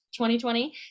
2020